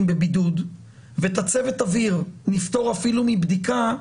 בבידוד ואת צוות האוויר נפטור אפילו מבדיקה,